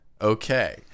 Okay